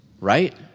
Right